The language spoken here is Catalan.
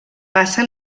passa